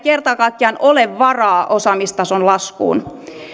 kerta kaikkiaan ole varaa osaamistason laskuun